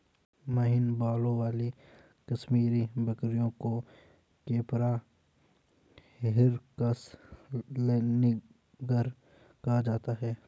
महीन बालों वाली कश्मीरी बकरियों को कैपरा हिरकस लैनिगर कहा जाता है